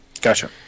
Gotcha